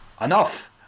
enough